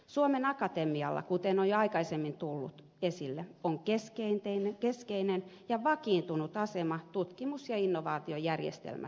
suomen akatemialla kuten on jo aikaisemmin tullut esille on keskeinen ja vakiintunut asema tutkimus ja innovaatiojärjestelmässämme